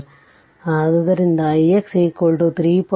ಆದ್ದರಿಂದ ix 3